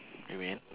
you mean